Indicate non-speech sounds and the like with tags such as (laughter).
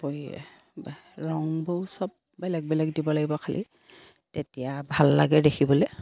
(unintelligible) ৰংবোৰ চব বেলেগ বেলেগ দিব লাগিব খালী তেতিয়া ভাল লাগে দেখিবলৈ